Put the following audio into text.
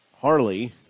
Harley